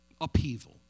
upheaval